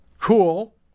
Cool